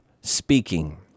speaking